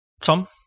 Tom